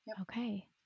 Okay